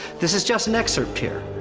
this is just an excerpt here,